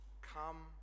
come